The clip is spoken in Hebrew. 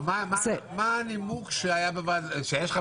מה הנימוק שיש?